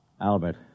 Albert